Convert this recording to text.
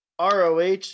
ROH